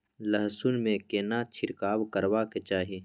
लहसुन में केना छिरकाव करबा के चाही?